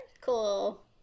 Cool